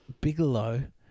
Bigelow